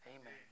Amen